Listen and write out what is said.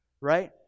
Right